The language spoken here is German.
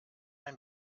ein